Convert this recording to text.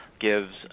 gives